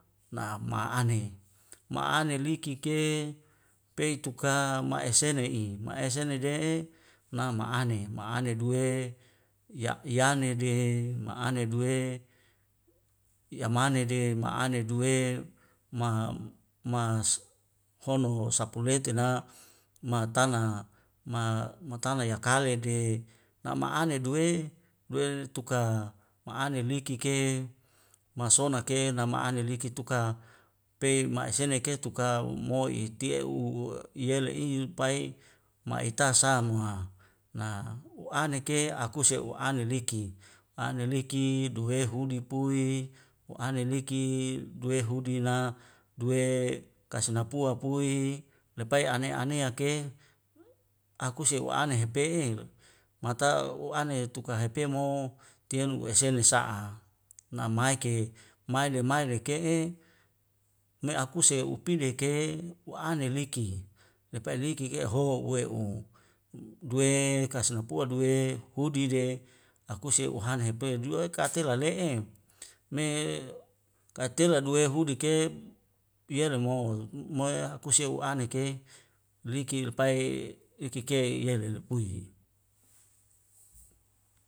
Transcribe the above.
Na ma ane ma ane liki ke pei tuka mai eksena i ma esena de'e na ma ane ma ane due ya' yane de ma ane duwe yamane de ma ane duwe ma mas hono sapulete na matana ma matana ya kalede na ma ane duwe duwe ne tuka ma ane liki ke masonak ke na maene liki tuka pei ma eseneke tuka moit tie'u uwa yele ihu pai maita sa muha na wa ane ke akuse u'ane liki u'ane liki duwe hudi pui wa ane liki duwe hudi na duwe kasnapua pui lepai ane anea ke akuse u'ane hepe'el mata u'ane tuka hepe mo tiun u'esene na sa'a namai ke mai le mai leke'e me akuse u pili eke u'ane liki lepai liki e'o uhoa uwe'u duwe kas napual duwe hudi de akuse uhana hepe jue kate lale'e me katela duwe hudi ke yele mout moia akuse u'ane ke liki lepai iki ke yelol le pui